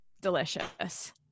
Delicious